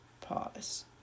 pause